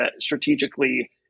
strategically